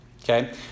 Okay